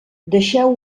deixeu